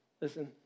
Listen